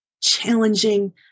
challenging